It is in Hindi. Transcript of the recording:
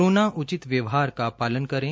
कोरोना उचित व्यवहार का पालन करें